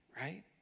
right